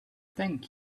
thank